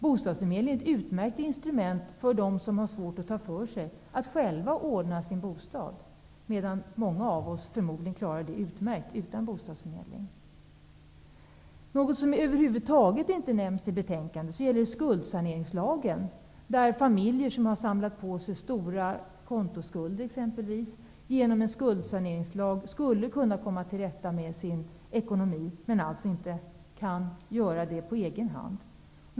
Bostadsförmedlingen är ett utmärkt instrument för dem som har svårt att ta för sig att själva ordna sin bostad -- många klarar det förmodligen utmärkt utan bostadsförmedling. Något som över huvud taget inte nämns i betänkandet är en skuldsaneringslag. Familjer som samlat på sig exempelvis stora kontoskulder och som inte kan komma till rätta med sin ekonomi på egen hand skulle med hjälp därav kunna göra det.